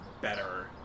better